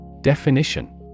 Definition